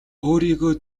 өөрийгөө